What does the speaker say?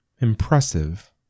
Impressive